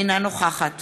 אינה נוכחת